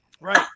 Right